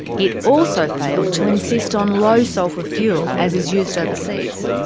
it also failed to insist on low sulphur fuel, as is used overseas.